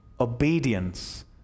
obedience